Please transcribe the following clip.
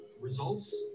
results